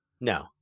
No